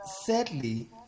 sadly